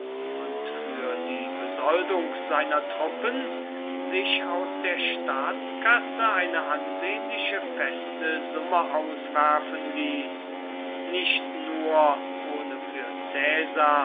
und für die besoldung seiner truppen sich aus der staatskasse eine ansehnliche feste summe auswerfen ließ nicht nur ohne für